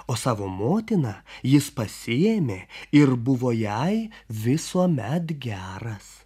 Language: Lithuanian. o savo motiną jis pasiėmė ir buvo jai visuomet geras